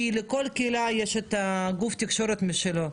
כי לכל קהילה יש את גוף התקשורת משלה.